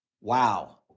Wow